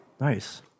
nice